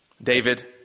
David